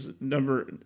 number